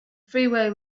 freeway